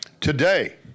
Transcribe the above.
today